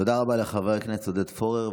תודה רבה לחבר הכנסת עודד פורר.